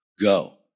go